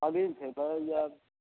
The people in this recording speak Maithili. अभी कयल जायत